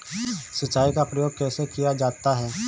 सिंचाई का प्रयोग कैसे किया जाता है?